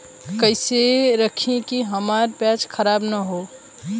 कइसे रखी कि हमार प्याज खराब न हो?